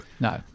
no